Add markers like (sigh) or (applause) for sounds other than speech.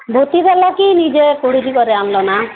ଧୋତିବାଲା କି ନିଜେ କେଉଁଠି (unintelligible) ଆଣିଲ ନା